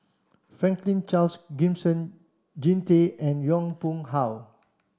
Franklin Charles Gimson Jean Tay and Yong Pung How